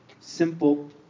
Simple